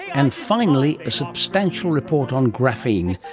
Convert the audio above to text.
and finally a substantial report on graphene,